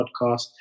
podcast